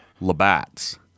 Labatt's